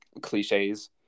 cliches